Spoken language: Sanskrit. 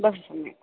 बहुसम्यक्